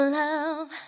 love